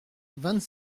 vingt